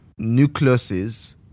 nucleuses